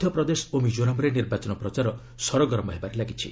ମଧ୍ୟପ୍ରଦେଶ ଓ ମିଜୋରାମ୍ରେ ନିର୍ବାଚନ ପ୍ରଚାର ସରଗରମ ହେବାରେ ଲାଗିଛି